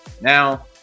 now